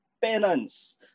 penance